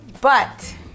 But-